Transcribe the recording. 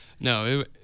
No